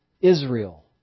Israel